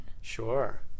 sure